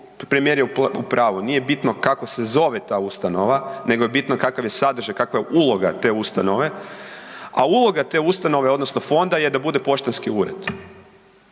premijer je u pravu, nije bitno kako se zove ta ustanova nego je bitno kakav je sadržaj, kakva je uloga te ustanove, a uloga te ustanove odnosno fonda je da bude poštanski ured.